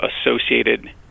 associated